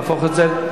מאחר